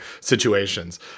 situations